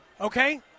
Okay